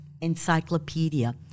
encyclopedia